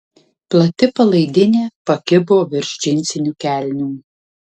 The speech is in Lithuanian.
plati palaidinė pakibo virš džinsinių kelnių